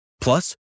Plus